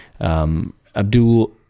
Abdul